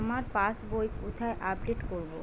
আমার পাস বই কোথায় আপডেট করব?